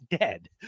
dead